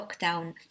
lockdown